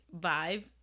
vibe